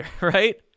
right